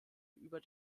über